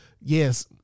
yes